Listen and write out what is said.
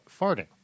farting